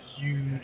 huge